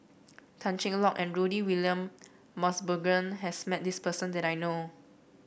Tan Cheng Lock and Rudy William Mosbergen has met this person that I know of